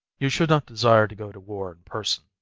you should not desire to go to war in person.